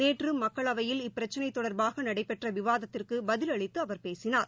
நேற்றுமக்களவையில் இப்பிரச்சினைதொடர்பாகநடைபெற்றவிவாதத்திற்குபதிலளித்துஅவர் பேசினார்